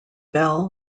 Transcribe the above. bell